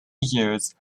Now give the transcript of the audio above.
years